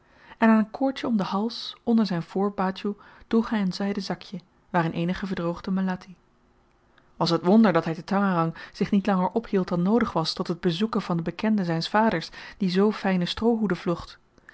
en aan een koordjen om den hals onder zyn voor baadjoe droeg hy een zyden zakje waarin eenige verdroogde melatti was t wonder dat hy te tangerang zich niet langer ophield dan noodig was tot het bezoeken van den bekende zyns vaders die zoo fyne stroohoeden